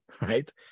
right